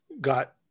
got